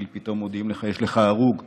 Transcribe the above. פתאום מודיעים לך: יש לך הרוג בתרגיל.